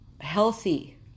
healthy